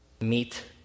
meet